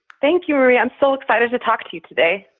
thank you, marie. i'm so excited to talk to you today.